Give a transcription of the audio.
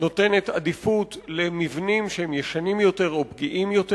נותנים עדיפות למבנים שהם ישנים יותר או פגיעים יותר.